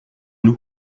nous